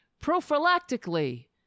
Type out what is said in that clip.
prophylactically